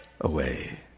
away